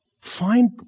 Find